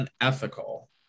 unethical